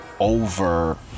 Over